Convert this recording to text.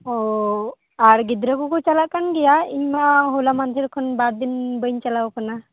ᱚᱻ ᱟᱨ ᱜᱤᱫᱽᱨᱟᱹ ᱠᱚᱠᱚ ᱪᱟᱞᱟᱜ ᱠᱟᱱ ᱜᱮᱭᱟ ᱤᱧ ᱢᱟ ᱦᱚᱞᱟ ᱢᱟᱫᱷᱮᱨ ᱠᱷᱚᱱ ᱵᱟᱨ ᱫᱤᱱ ᱵᱟᱹᱧ ᱪᱟᱞᱟᱣ ᱠᱟᱱᱟ